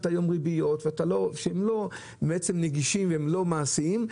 ריביות והם בעצם נגישים ולא מעשיים,